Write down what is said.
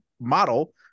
model